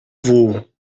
vôo